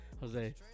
Jose